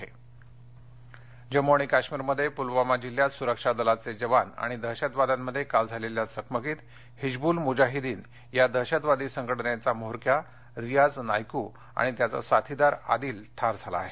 दहशतवादी ठार जम्मू आणि काश्मीरमध्ये पुलवामा जिल्ह्यात सुरक्षा दलाचे जवान आणि दहशतवाद्यांमध्ये काल झालेल्या चकमकीत हिज्बूल मुजाहिद्दीन या दहशतवादी संघटनेचा म्होरक्या रियाज नायकू आणि त्याचा साथीदार आदिल ठार झाला आहे